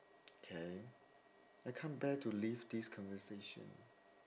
okay I can't bear to leave this conversation